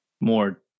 more